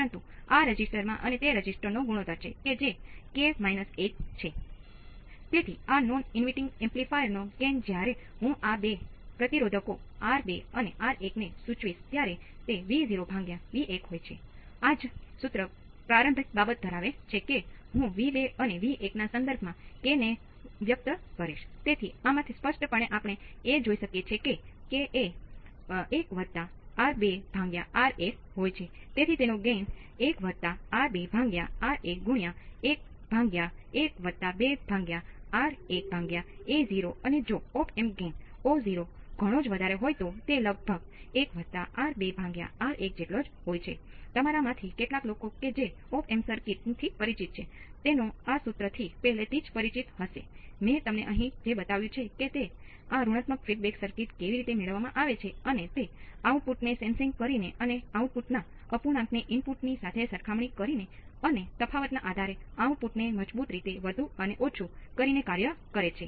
પરંતુ તમે જોઈ શકો છો કે આ 300 વોલ્ટ ના નાના તફાવતોને સમજવા માટે જરૂરી હોય છે